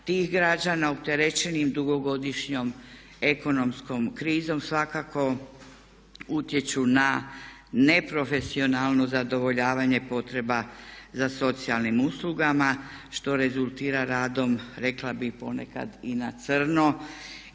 tih građana opterećenim dugogodišnjom ekonomskom krizom svakako utječu na neprofesionalno zadovoljavanje potreba za socijalnim uslugama što rezultira radom rekla bih ponekad i na crno